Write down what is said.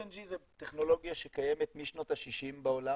LNG זו טכנולוגיה שקיימת משנות ה-60 בעולם